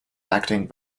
acting